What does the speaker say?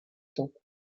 temps